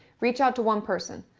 reach out to one person.